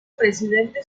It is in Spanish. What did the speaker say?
presidente